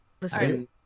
Listen